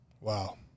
wow